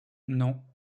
non